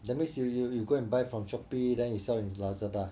that means you you you go and buy from Shopee then you sell is Lazada